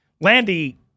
Landy